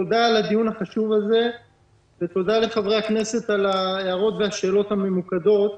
תודה על הדיון החשוב הזה ותודה לחברי הכנסת על ההערות והשאלות הממוקדות.